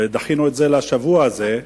ודחינו אותה לשבוע זה,